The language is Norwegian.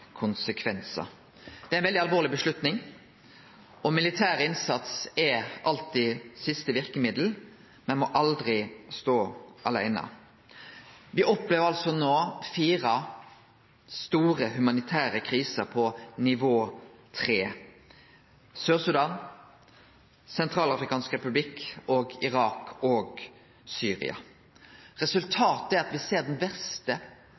alvorleg avgjersle. Militær innsats er alltid siste verkemiddel, men må aldri stå aleine. Me opplever no fire store humanitære kriser på nivå 3: i Sør-Sudan, i Den sentralafrikanske republikken, i Irak og i Syria. Resultatet er at me ser den